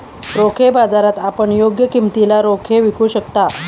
रोखे बाजारात आपण योग्य किमतीला रोखे विकू शकता